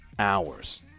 hours